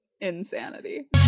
insanity